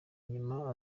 nyuma